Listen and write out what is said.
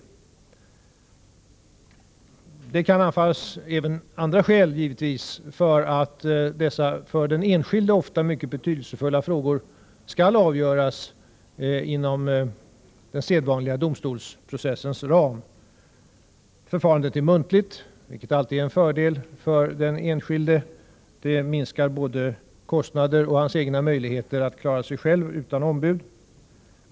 Det kan naturligtvis anföras även andra skäl för att dessa för den enskilda ofta mycket betydelsefulla frågor skall avgöras inom den sedvanliga domstolsprocessens ram. Förfarandet är muntligt, vilket alltid är en fördel för den enskilde. Hans möjlighet att klara sig själv minskar kostnaderna.